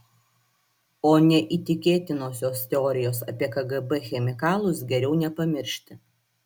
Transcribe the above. o neįtikėtinosios teorijos apie kgb chemikalus geriau nepamiršti